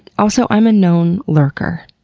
also, i'm a known lurker.